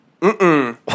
Mm-mm